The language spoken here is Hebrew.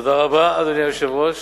אדוני היושב-ראש,